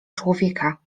człowieka